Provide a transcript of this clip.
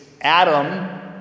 Adam